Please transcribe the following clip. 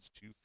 two